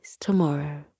tomorrow